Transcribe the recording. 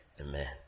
amen